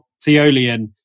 Theolian